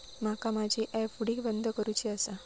माका माझी एफ.डी बंद करुची आसा